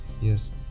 yes